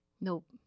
Nope